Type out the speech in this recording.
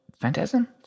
Phantasm